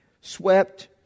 swept